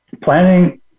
planning